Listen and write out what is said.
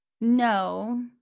No